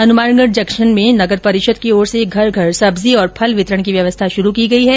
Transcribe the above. Hanumangarh junction में नगरपरिषद की ओर से घर घर सब्जी और फल वितरण की व्यवस्था शुरू की गई है